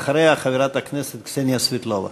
ואחריה, חברת הכנסת קסניה סבטלובה.